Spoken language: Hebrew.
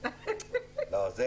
שהוא